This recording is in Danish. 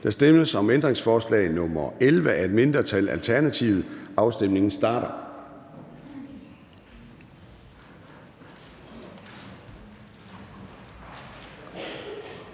Der stemmes om ændringsforslag nr. 9 af et mindretal (EL). Afstemningen starter.